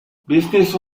business